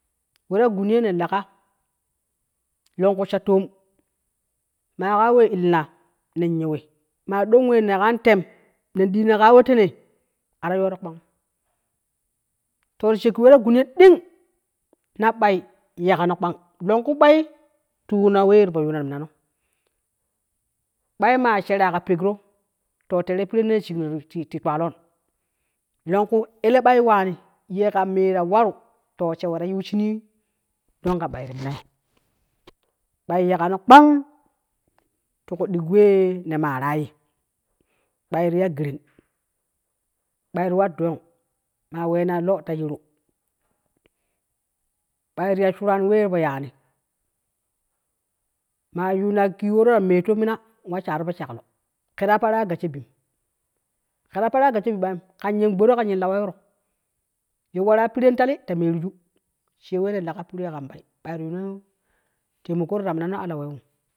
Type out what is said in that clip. We ta gun ye ne laga longku sha toom maa ƙa we illaa nen yiwi maa doo wee ne kan tem nen dii no ka we tene aro yooro kpagum to ti shekki we ta guni ye ding na ɓai yee kano kpang longku ɓai tu yuunowee tu yuuno ti minano, ɓai maa shera ka pekro teere pirennee shig no ti twalon longku ele ɓai yeka no kpang tiku digi wee ne maaraa ye, ɓai ti ya geren ɓai ti war dong maa wena lo ta yiru ɓai tipo ya shuran wee tipo yaani maa yuuna kiworo in meetto mina in wa shaaro po shaklo kata peraa gassho bim kata peraa gassho bi ɓaim kam yen gbaro kan yen lawei ro ye wara piren taliita meeriju sheewe ne lega tipiren kan ɓai, ɓai ti yuuno taimako ti ta mina no alawem.